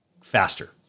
faster